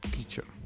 Teacher